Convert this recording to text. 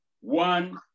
one